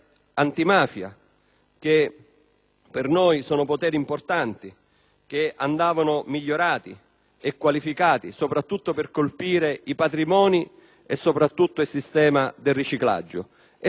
per noi sono poteri rilevanti, che andavano migliorati e qualificati, soprattutto per colpire i patrimoni e il sistema del riciclaggio e per sostenere anche